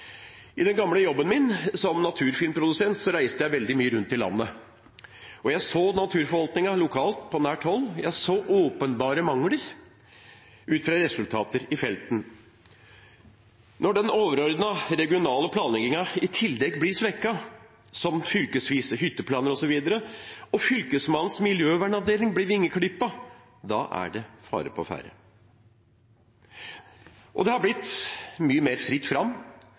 I den gamle jobben min som naturfilmprodusent reiste jeg veldig mye rundt i landet. Jeg så natur og folk lokalt, på nært hold, og jeg så åpenbare mangler ut fra resultater i felten. Når den overordnede regionale planleggingen i tillegg blir svekket, som fylkesvise hytteplaner osv., og Fylkesmannens miljøvernavdeling blir vingeklippet, da er det fare på ferde. Det har blitt mye mer fritt fram.